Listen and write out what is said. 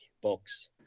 box